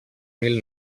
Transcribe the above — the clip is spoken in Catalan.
mil